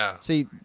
see